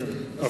כן.